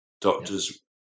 Doctors